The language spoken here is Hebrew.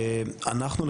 אנחנו,